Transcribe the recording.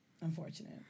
Unfortunate